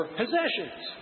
possessions